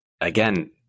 again